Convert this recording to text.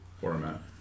format